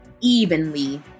evenly